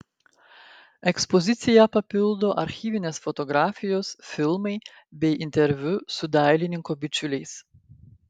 ekspoziciją papildo archyvinės fotografijos filmai bei interviu su dailininko bičiuliais